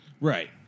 Right